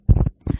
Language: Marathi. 06 kV